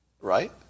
Right